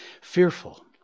fearful